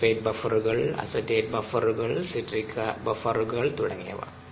phosphate ബഫറുകൾ acetate ബഫറുകൾ citric ബഫറുകൾ തുടങ്ങിയവ